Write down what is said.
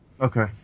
Okay